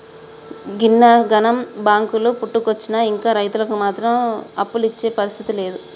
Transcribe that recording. గిన్నిగనం బాంకులు పుట్టుకొచ్చినా ఇంకా రైతులకు మాత్రం అప్పులిచ్చే పరిస్థితి లేదు